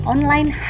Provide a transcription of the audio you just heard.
Online